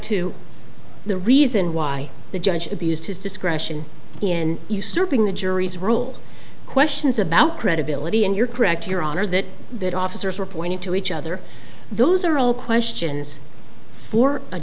to the reason why the judge abused his discretion in usurping the jury's role questions about credibility and you're correct your honor that that officers were pointed to each other those are all questions for a